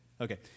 okay